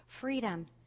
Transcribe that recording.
Freedom